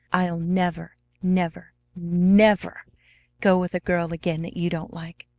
i'll never, never, never go with a girl again that you don't like.